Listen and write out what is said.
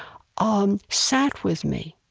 um sat with me.